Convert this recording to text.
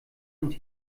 und